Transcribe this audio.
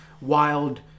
wild